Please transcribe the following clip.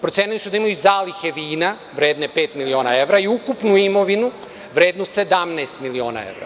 Procenili su da imaju zalihe vina vredne pet miliona evra i ukupnu imovinu vrednu 17 miliona evra.